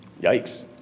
yikes